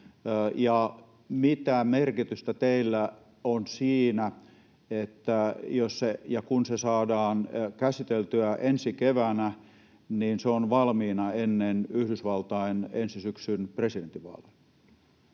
Mitä merkitystä teille on siinä, jos ja kun se saadaan käsiteltyä ensi keväänä, niin että se on valmiina ennen Yhdysvaltain ensi syksyn presidentinvaaleja?